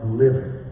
living